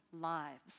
lives